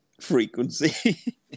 frequency